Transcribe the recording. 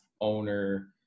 owner